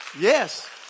Yes